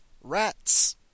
rats